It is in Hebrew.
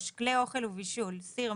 כלי אוכל ובישול - סיר,